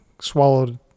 swallowed